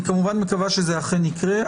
אני כמובן מקווה שזה אכן יקרה,